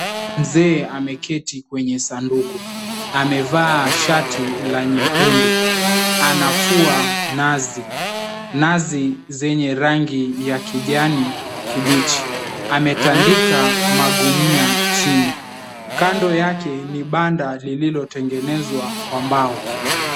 Mzee ameketi kwenye sanduku amevaa shati la nyekundu anavua nazi, nazi zenye rangi ya kijani kibichi, ametandika magunia chini, kando yake ni banda lililotengenezwa kwa mbao.